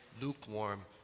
lukewarm